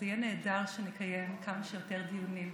ויהיה נהדר שנקיים כמה שיותר דיונים.